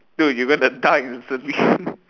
dude you're gonna die instantly